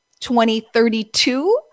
2032